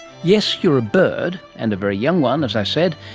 yes, you are a bird, and a very young one, as i said,